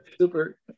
super